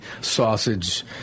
sausage